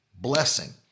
blessing